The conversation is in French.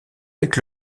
avec